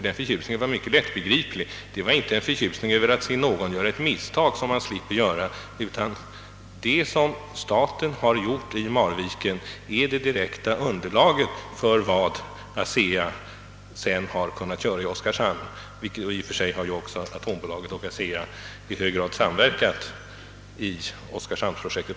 Ty den förtjusningen var lättbegriplig — det var inte en förtjusning över att se någon göra ett misstag som man själv slapp göra, utan det som staten gjort i Marviken är det direkta underlaget för vad Asea kunnat göra i Oskarshamn. I och för sig har ju också atombolaget och Asea i stor utsträckning samverkat i fråga om oskarshamnsprojektet.